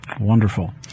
Wonderful